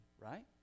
Right